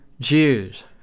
Jews